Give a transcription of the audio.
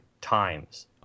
times